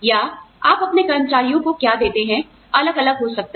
या आप अपने कर्मचारियों को क्या देते हैं अलग अलग हो सकता है